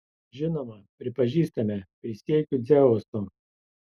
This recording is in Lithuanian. žinoma pripažįstame prisiekiu dzeusu